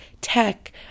tech